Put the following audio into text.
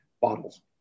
bottles